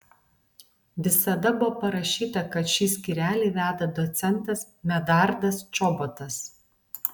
visada buvo parašyta kad šį skyrelį veda docentas medardas čobotas